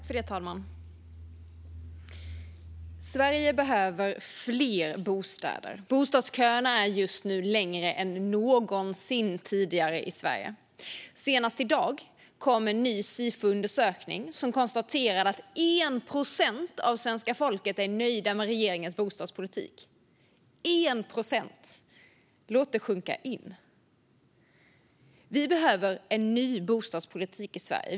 Fru talman! Sverige behöver fler bostäder. Bostadsköerna är just nu längre än någonsin tidigare i Sverige. Så sent som i dag kom en ny Sifoundersökning, där man konstaterade att 1 procent av svenska folket är nöjda med regeringens bostadspolitik. 1 procent - låt det sjunka in! Vi behöver en ny bostadspolitik i Sverige.